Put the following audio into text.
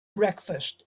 breakfast